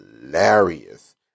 hilarious